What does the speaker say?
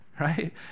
right